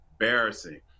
embarrassing